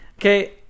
Okay